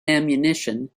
ammunition